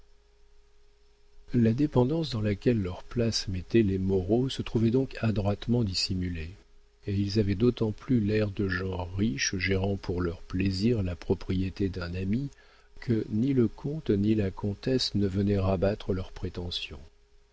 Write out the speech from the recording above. la dépendance dans laquelle leur place mettait les moreau se trouvait donc adroitement dissimulée et ils avaient d'autant plus l'air de gens riches gérant pour leur plaisir la propriété d'un ami que ni le comte ni la comtesse ne venaient rabattre leurs prétentions